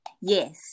Yes